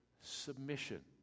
submission